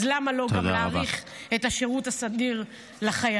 אז למה לא גם להאריך את השירות הסדיר לחיילים?